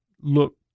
look